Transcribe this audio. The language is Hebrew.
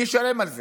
מי ישלם על זה?